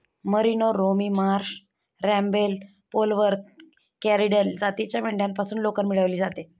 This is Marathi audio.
मरिनो, रोमी मार्श, रॅम्बेल, पोलवर्थ, कॉरिडल जातीच्या मेंढ्यांपासून लोकर मिळवली जाते